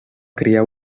crear